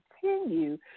continue